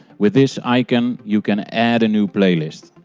with this icon you can add a new playlist.